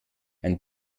ein